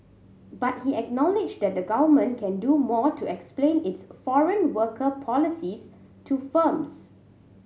but he acknowledged that the Government can do more to explain its foreign worker policies to firms